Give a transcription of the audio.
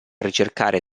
ricercare